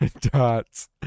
Dots